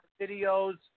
videos